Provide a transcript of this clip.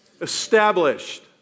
Established